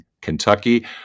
Kentucky